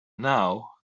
now